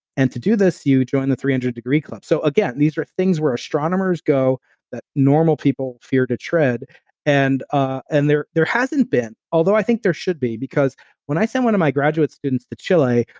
and to do this, you join the three hundred degree club. so again, these are things where astronomers go that normal people fear to tread and ah and there there hasn't been, although i think there should be, because when i send one of my graduate students to chile,